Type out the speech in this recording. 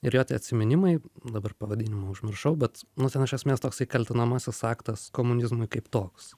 ir jo tie atsiminimai dabar pavadinimą užmiršau bet nu ten iš esmės toksai kaltinamasis aktas komunizmui kaip toks